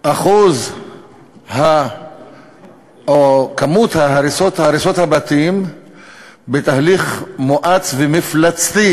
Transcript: אחוז או כמות הריסות הבתים בתהליך מואץ ומפלצתי